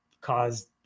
caused